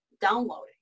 downloading